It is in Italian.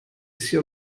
sia